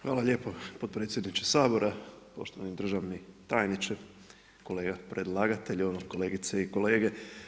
Hvala lijepo potpredsjedniče Sabora, poštovani državni tajniče, kolega predlagatelju, kolegice i kolege.